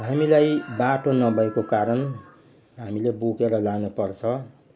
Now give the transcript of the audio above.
हामीलाई बाटो नभएको कारण हामीले बोकेर लानुपर्छ